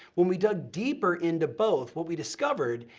when we dug deeper into both, what we discovered,